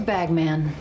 Bagman